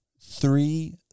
three